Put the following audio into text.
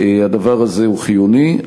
הדבר הזה הוא חיוני.